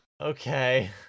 Okay